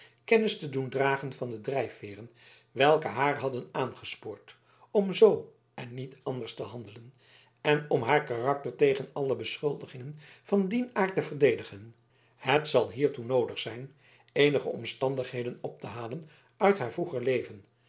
kennis te doen dragen van de drijfveeren welke haar hadden aangespoord om zoo en niet anders te handelen en om haar karakter tegen alle beschuldigingen van dien aard te verdedigen het zal hiertoe noodig zijn eenige omstandigheden op te halen uit haar vroeger leven